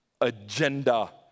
agenda